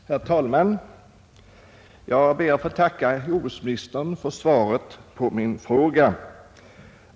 Herr talman! Jag ber att få tacka jordbruksministern för svaret.